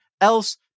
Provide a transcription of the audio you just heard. else